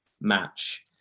match